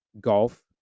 golf